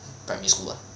primary school [what]